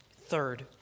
Third